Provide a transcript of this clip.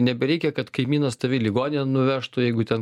nebereikia kad kaimynas tave į ligoninę nuvežtų jeigu ten